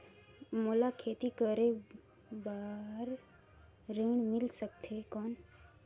मोला खेती करे बार ऋण मिल सकथे कौन?